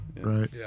right